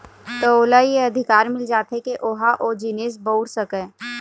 त ओला ये अधिकार मिल जाथे के ओहा ओ जिनिस बउर सकय